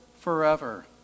forever